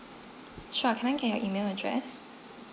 sure can I get your email address